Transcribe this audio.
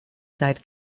seit